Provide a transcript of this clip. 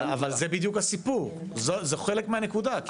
אבל זה בדיוק הסיפור, זה חלק מהנקודה.